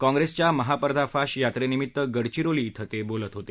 काँप्रेसच्या महापर्दाफाश यात्रेनिमित्त गडविरोली इथं ते बोलत होते